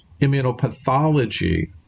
immunopathology